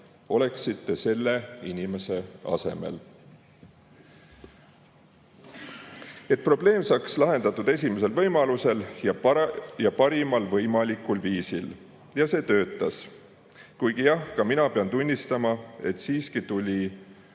oleksite selle inimese asemel, et probleem saaks lahendatud esimesel võimalusel ja parimal võimalikul viisil. Ja see töötas. Kuigi jah, ka mina pean tunnistama, et siiski tuli